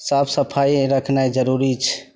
साफ सफाइ रखनाइ जरूरी छै